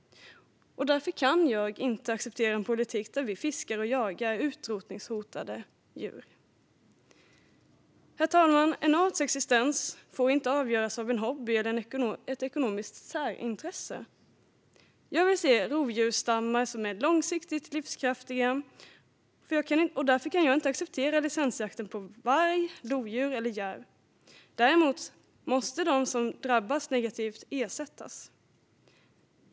Därför kan jag inte acceptera en politik där vi fiskar och jagar utrotningshotade djur. Herr talman! En arts existens får inte avgöras av en hobby eller ett ekonomiskt särintresse. Jag vill se rovdjursstammar som är långsiktigt livskraftiga, och därför kan jag inte acceptera licensjakten på varg, lodjur och järv. Däremot måste de som drabbas negativt ersättas.